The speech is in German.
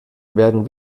werden